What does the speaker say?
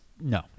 no